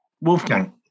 Wolfgang